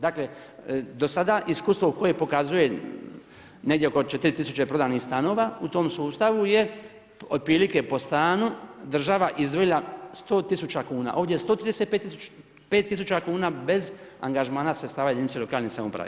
Dakle do sada iskustvo koje pokazuje negdje oko 4 tisuće prodanih stanova u tom sustavu je otprilike po stanu država izdvojila 100 tisuća kuna, ovdje 135 tisuća kuna bez angažmana sredstava jedinice lokalne samouprave.